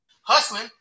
hustling